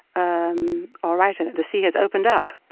um alright, and the sea has opened up,